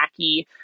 wacky